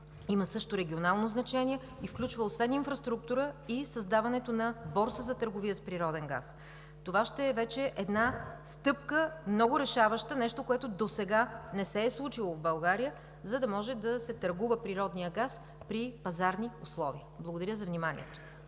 има също регионално значение и включва освен инфраструктура, и създаването на борса за търговия с природен газ. Това вече ще е една много решаваща стъпка – нещо, което досега не се е случвало в България, за да може да се търгува природният газ при пазарни условия. Благодаря за вниманието.